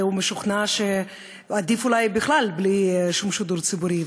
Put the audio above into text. שהוא משוכנע שעדיף אולי בכלל בלי שום שידור ציבורי.